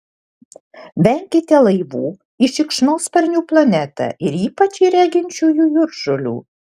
venkite laivų į šikšnosparnių planetą ir ypač į reginčiųjų jūržolių